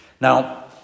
Now